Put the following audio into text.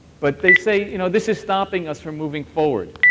but they say, you know, this is stopping us from moving forward,